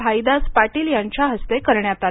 भाईदास पाटील यांच्या हस्ते करण्यात आलं